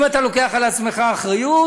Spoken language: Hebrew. אם אתה לוקח על עצמך אחריות,